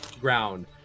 ground